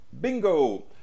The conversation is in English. Bingo